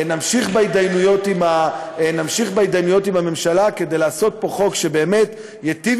נמשיך בהתדיינויות עם הממשלה כדי לעשות פה חוק שבאמת ייטיב